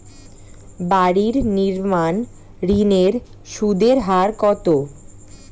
বাড়ি নির্মাণ ঋণের সুদের হার কত?